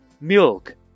Milk